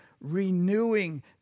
renewing